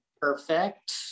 Perfect